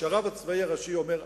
כשהרב הצבאי הראשי אומר,